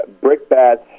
brickbats